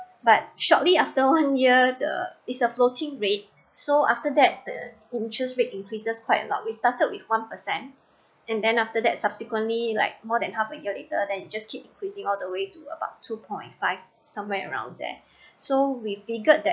but shortly after one year the is a floating rate so after that the interest rate increases quite a lot we started with one percent and then after that subsequently like more than half a year later they just keep increasing all the way to about two point five somewhere around there so we figured that